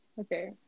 Okay